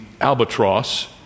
Albatross